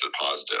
positive